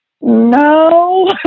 No